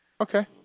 Okay